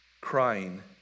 crying